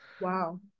wow